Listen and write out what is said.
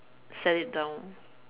set it down